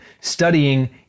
studying